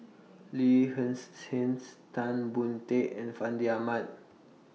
Lin Hsin Hsin Tan Boon Teik and Fandi Ahmad